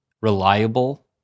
reliable